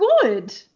good